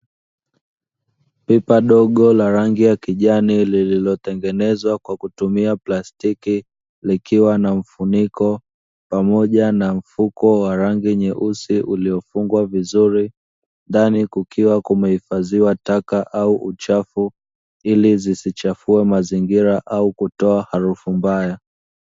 Pipa dogo la rangi ya kijani lililotengenezwa kwa kutumia plastiki likiwa na mfuniko pamoja na mfuko wa rangi nyeusi uliofungwa vizuri, ndani kukiwa kumehifadhiwa taka au uchafu ili zisichafue mazingira au kutoa harufu mbaya.